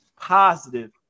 positive